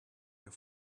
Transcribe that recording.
your